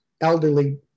elderly